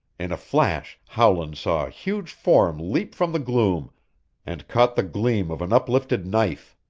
in a flash howland saw a huge form leap from the gloom and caught the gleam of an uplifted knife.